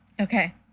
Okay